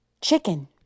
Chicken